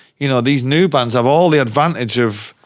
you know, these new bands have all the advantage of,